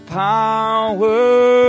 power